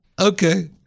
Okay